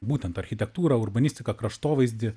būtent architektūrą urbanistiką kraštovaizdį